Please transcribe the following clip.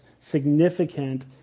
significant